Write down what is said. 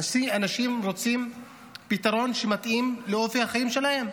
אנשים רוצים פתרון שמתאים לאופי החיים שלהם.